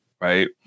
right